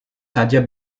saja